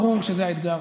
ברור שזה האתגר.